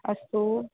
अस्तु